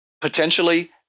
potentially